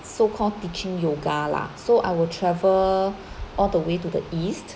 so called teaching yoga lah so I will travel all the way to the east